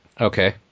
Okay